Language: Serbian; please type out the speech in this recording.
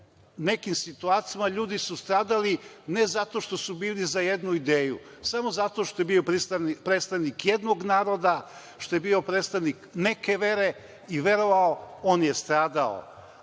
nekim situacijama ljudi su stradali ne zato što su bili za jednu ideju, samo zato što je bio prisutan predstavnik jednog naroda, što je bio predstavnik neke vere i verovao, on je stradao.